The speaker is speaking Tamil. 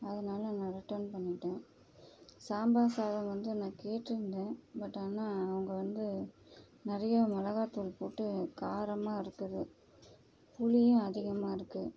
அதனால் நான் ரிட்டன் பண்ணிவிட்டேன் சாம்பார் சாதம் வந்து நான் கேட்டுருந்தேன் பட் ஆனால் அவங்க வந்து நிறைய மிளகாத்தூள் போட்டு காரமாக இருக்குது புளியும் அதிகமாக இருக்கு